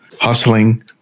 hustling